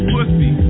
Pussy